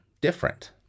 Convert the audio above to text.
different